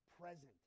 Present